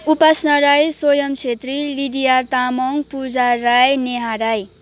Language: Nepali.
उपासना राई सोयम छेत्री लिडिया तामाङ पूजा राई नेहा राई